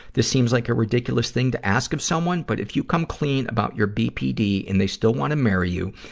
this seems like a ridiculous thing to ask of someone, but if you come clean about your bpd and they still wanna marry you,